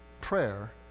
prayer